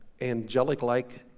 angelic-like